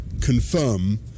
confirm